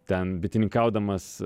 ten bitininkaudamas